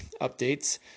updates